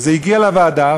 וזה הגיע לוועדה,